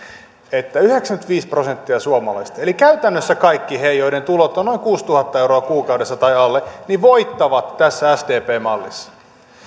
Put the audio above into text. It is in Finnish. että yhdeksänkymmentäviisi prosenttia suomalaisista eli käytännössä kaikki he joiden tulot ovat noin kuusituhatta euroa kuukaudessa tai alle voittaa tässä sdpn mallissa